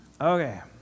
Okay